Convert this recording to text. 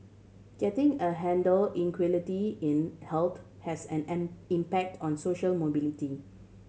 getting a handle inequality in health has an impact on social mobility